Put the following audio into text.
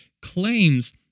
claims